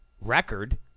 record